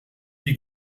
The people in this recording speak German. wie